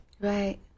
right